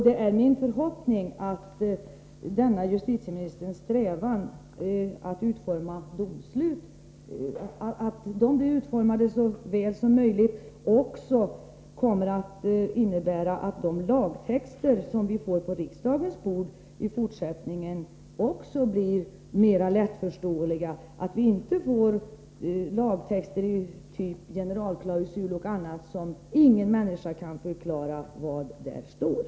Det är min förhoppning att det som justitieministern sade, om att domslut bör utformas så klart som möjligt, kommer att innebära, att också de lagtexter som läggs på riksdagens bord i fortsättningen blir mera lättförståeliga, så att vi inte får lagtexter av typen generalklausuler och annat som ingen människa kan förklara innehållet i.